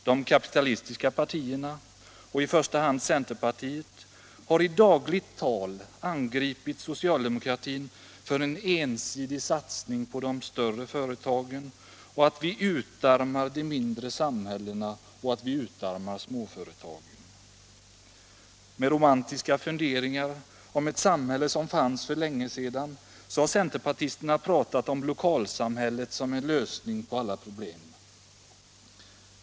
De kapitalistiska partierna, i första hand centerpartiet, har i dagligt tal angripit socialdemokratin för en ensidig satsning på de stora företagen och påstått att vi utarmar de mindre samhällena och småföretagen. Med romantiska funderingar om ett samhälle som fanns för länge sedan har centerpartisterna pratat om lokalsamhället som en lösning på alla problem.